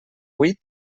huit